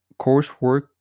coursework